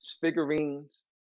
figurines